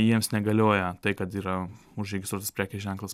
jiems negalioja tai kad yra užregistruotas prekės ženklas